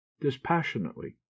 dispassionately